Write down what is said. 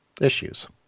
issues